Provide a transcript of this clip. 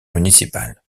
municipal